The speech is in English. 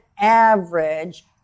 average